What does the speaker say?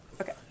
Okay